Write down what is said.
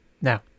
Now